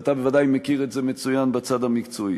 ואתה בוודאי מכיר את זה מצוין בצד המקצועי.